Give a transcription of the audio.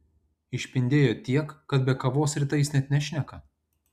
išpindėjo tiek kad be kavos rytais net nešneka